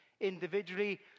individually